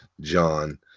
John